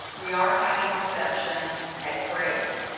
we are having a reception at brix,